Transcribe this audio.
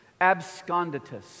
absconditus